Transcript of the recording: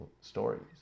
stories